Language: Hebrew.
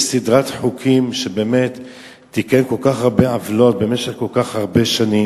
יש סדרת חוקים שבאמת תיקנה כל כך הרבה עוולות במשך כל כך הרבה שנים.